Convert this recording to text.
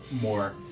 more